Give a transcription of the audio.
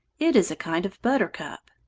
it is a kind of buttercup.